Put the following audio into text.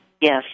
Yes